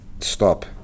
stop